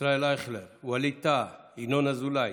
ישראל אייכלר, ווליד טאהא, ינון אזולאי,